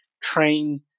train